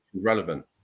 Relevant